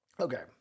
Okay